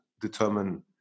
determine